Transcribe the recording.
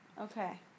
Okay